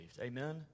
Amen